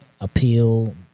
appeal